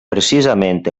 precisament